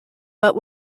but